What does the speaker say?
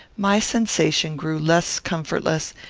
my sensation grew less comfortless,